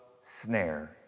snare